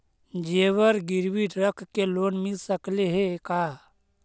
जेबर गिरबी रख के लोन मिल सकले हे का?